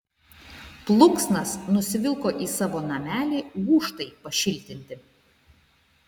plunksnas nusivilko į savo namelį gūžtai pašiltinti